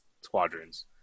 Squadrons